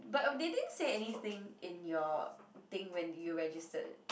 but they didn't say anything in your thing when you registered